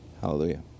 Hallelujah